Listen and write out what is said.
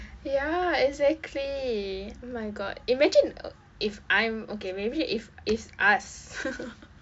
ya exactly oh my god imagine uh if I'm okay maybe if it's us